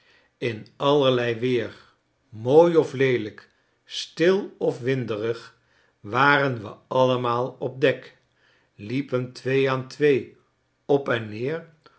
in allerlei weer mooi of leelijk stil of winderig waren we allemaal op dek liepen twee aan twee op en neer